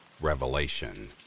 revelation